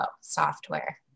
software